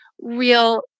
real